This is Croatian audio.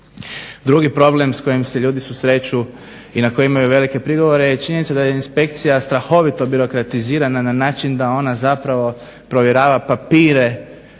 Drugi problem s kojim se ljudi susreću i na koje imaju velike prigovore je činjenica da inspekcija strahovito birokratizira na način da ona provjerava papire